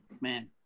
Man